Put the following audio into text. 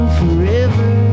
forever